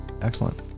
excellent